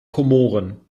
komoren